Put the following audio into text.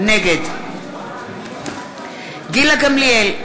נגד גילה גמליאל,